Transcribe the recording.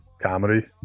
comedy